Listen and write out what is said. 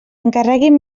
encarreguin